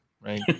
right